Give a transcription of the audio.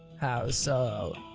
how so?